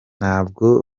ntabwo